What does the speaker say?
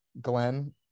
Glenn